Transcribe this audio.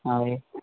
అలాగే